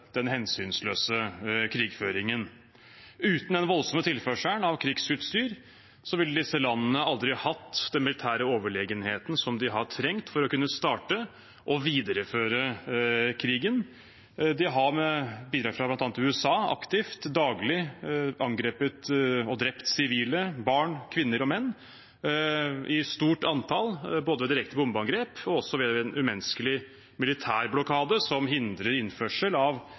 den hensynsløse krigføringen. Uten den voldsomme tilførselen av krigsutstyr ville disse landene aldri hatt den militære overlegenheten som de har trengt for å kunne starte og videreføre krigen. De har med bidrag fra bl.a. USA aktivt, daglig, angrepet og drept sivile, barn, kvinner og menn, i stort antall, både ved direkte bombeangrep og ved en umenneskelig militærblokade som hindrer innførsel av